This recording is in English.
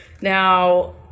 Now